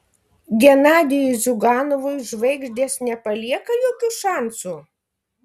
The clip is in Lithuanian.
genadijui ziuganovui žvaigždės nepalieka jokių šansų